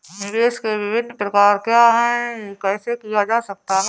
निवेश के विभिन्न प्रकार क्या हैं यह कैसे किया जा सकता है?